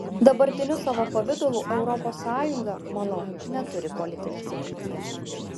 dabartiniu savo pavidalu europos sąjunga manau neturi politinės ateities